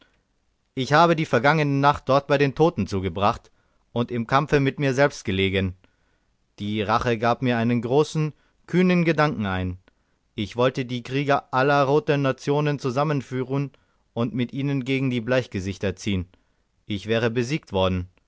ich habe die vergangene nacht dort bei den toten zugebracht und im kampfe mit mir selbst gelegen die rache gab mir einen großen kühnen gedanken ein ich wollte die krieger aller roten nationen zusammenrufen und mit ihnen gegen die bleichgesichter ziehen ich wäre besiegt worden